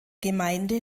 gemeinde